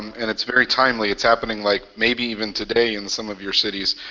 and it's very timely. it's happening, like, maybe even today in some of your cities.